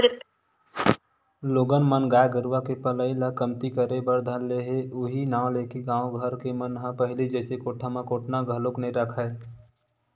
लोगन मन गाय गरुवा के पलई ल कमती करे बर धर ले उहीं नांव लेके गाँव घर के मन ह पहिली जइसे कोठा म कोटना घलोक नइ रखय